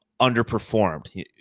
Underperformed